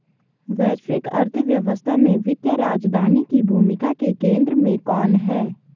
वैश्विक अर्थव्यवस्था में वित्तीय राजधानी की भूमिका के केंद्र में कौन है?